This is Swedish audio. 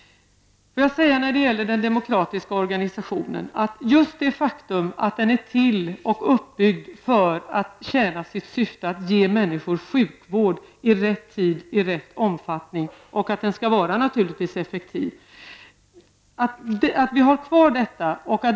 Den demokratiska organisationen, som naturligtvis skall vara effektiv, är till och uppbyggd för att tjäna sitt syfte att ge människor sjukvård i rätt tid och i rätt omfattning. Vi har kvar detta.